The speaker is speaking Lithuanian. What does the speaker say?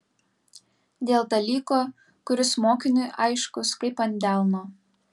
dėl dalyko kuris mokiniui aiškus kaip ant delno